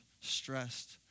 stressed